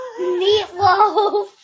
meatloaf